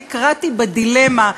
נקרעתי בדילמה,